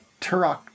Turok